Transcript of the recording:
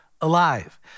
alive